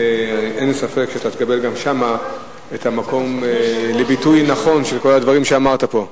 אין לי ספק שתקבל שם את המקום לביטוי נכון של כל הדברים שאמרת פה.